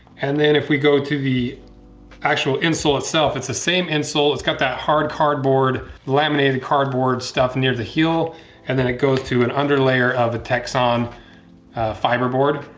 and then if we go to the actual insole itself it's, the same insole it's got that hard cardboard laminated cardboard stuff near the heel and then it goes to an under layer of a texon fiber board.